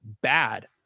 bad